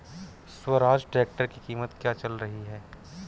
Swaraj tractor की कीमत क्या चल रही है?